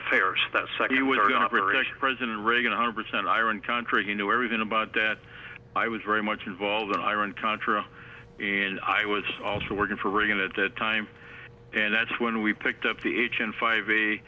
was president reagan a hundred percent iron country you know everything about that i was very much involved in iran contra in i was also working for reagan at that time and that's when we picked up the h and five a